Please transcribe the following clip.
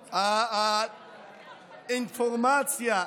האינפורמציה,